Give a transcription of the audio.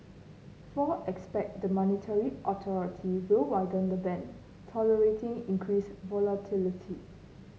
four expect the monetary authority will widen the band tolerating increased volatility